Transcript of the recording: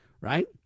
right